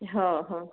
હં હં